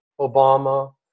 Obama